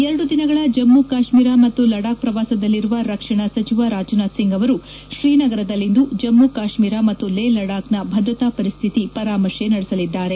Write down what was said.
ಎರಡು ದಿನಗಳ ಜಮ್ಮ ಕಾಶ್ಮೀರ ಮತ್ತು ಲಡಕ್ ಪ್ರವಾಸದಲ್ಲಿರುವ ರಕ್ಷಣಾ ಸಚಿವ ರಾಜನಾಥ್ ಸಿಂಗ್ ಅವರು ಶ್ರೀನಗರದಲ್ಲಿಂದು ಜಮ್ನು ಕಾಶ್ಮೀರ ಮತ್ತು ಲೇ ಲಡಕ್ನ ಭದ್ರತಾ ಪರಿಸ್ಥಿತಿ ಪರಾಮರ್ತೆ ನಡೆಸಲಿದ್ದಾರೆ